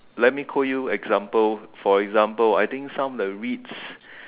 let me quote you example for example I think some of the R_E_I_T_S